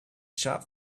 shop